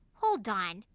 hold on,